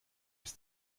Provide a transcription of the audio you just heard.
bis